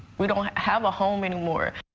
we do not have a home anymore.